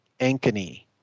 ankeny